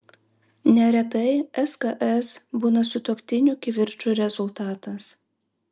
neretai sks būna sutuoktinių kivirčų rezultatas